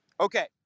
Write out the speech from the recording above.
Okay